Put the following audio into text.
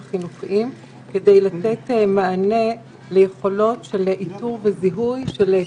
לבחון איפה עיקר הפשיעה